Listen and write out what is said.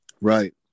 right